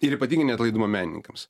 ir ypatingai neatlaidumo menininkams